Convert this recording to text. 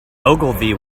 ogilvy